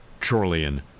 Chorlian